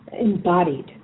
embodied